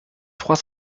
trois